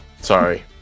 Sorry